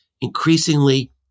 Increasingly